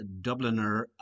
Dubliner